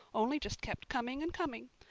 only just kept coming and coming.